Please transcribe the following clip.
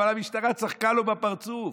אבל המשטרה צחקה לו בפרצוף,